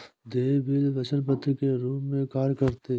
देय बिल वचन पत्र के रूप में कार्य करते हैं